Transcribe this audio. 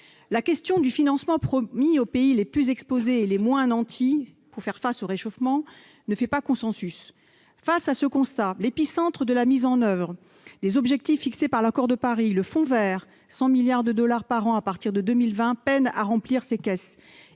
La question du financement promis aux pays les plus exposés et les moins nantis pour faire face au réchauffement climatique ne fait pas consensus. Face à ce constat, le Fonds vert, épicentre des objectifs fixés par l'accord de Paris, doté de 100 milliards de dollars par an à partir de 2020, peine à se mettre en place.